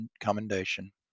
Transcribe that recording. commendation